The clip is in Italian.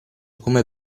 come